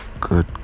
good